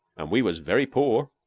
and we was very poor.